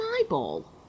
eyeball